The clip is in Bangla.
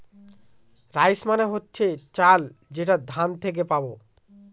রাইস মানে হচ্ছে চাল যেটা ধান থেকে পাবো